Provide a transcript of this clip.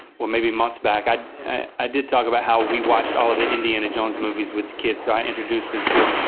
well maybe months back, i i did talk about how we watched all of the indiana jones movies with the kids, so i introduced them to them,